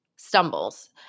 Stumbles